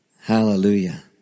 Hallelujah